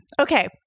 okay